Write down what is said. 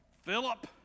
Philip